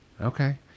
Okay